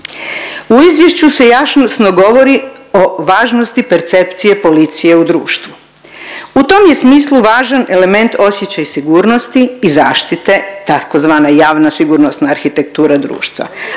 U izvješću se jasno govori o važnosti percepcije policije u društvu. U tom je smislu važan element osjećaj sigurnosti i zaštite, tzv. javna sigurnosna arhitektura društva,